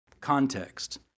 context